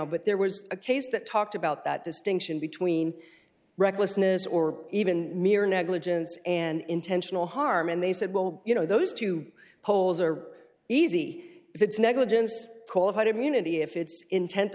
but there was a case that talked about that distinction between recklessness or even mere negligence and intentional harm and they said well you know those two polls are easy if it's negligence qualified immunity if it's intent to